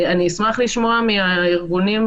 אשמח לשמוע מה דעתם